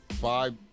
Five